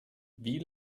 wie